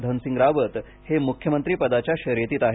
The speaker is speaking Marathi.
धनसिंग रावत हे मुख्यमंत्रीपदाच्या शर्यतीत आहेत